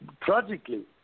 Tragically